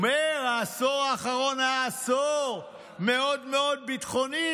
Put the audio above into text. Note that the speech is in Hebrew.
הוא אומר: העשור האחרון היה עשור מאוד מאוד ביטחוני,